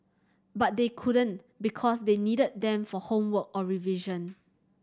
but they couldn't because they needed them for homework or revision